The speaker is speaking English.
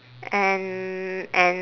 and and